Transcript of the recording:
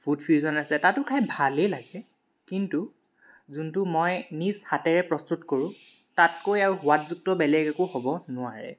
food fusion আছে তাতো খাই ভালেই লাগে কিন্তু যোনটো মই নিজ হাতেৰে প্ৰস্তুত কৰো তাতকৈ আৰু সোৱাদযুক্ত বেলেগ একো হ'ব নোৱাৰে